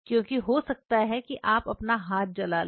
क्योंकि हो सकता है कि आप अपना हाथ जला लें